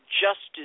justice